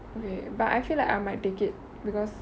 okay but I feel like I might take it because